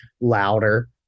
louder